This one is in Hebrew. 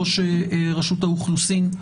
ראש רשות האוכלוסין.